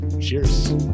Cheers